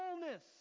fullness